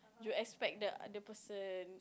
you expect the the person